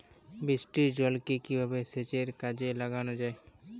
বৃষ্টির জলকে কিভাবে সেচের কাজে লাগানো যায়?